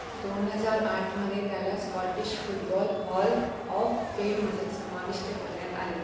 दोन हजार आठमध्ये त्याला स्कॉटिश फुटबॉल हॉल ऑफ फेममध्ये समाविष्ट करण्यात आले